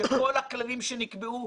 ומוטב שהדבר ייעשה,